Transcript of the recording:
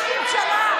לא נכנסים לשולחן הממשלה.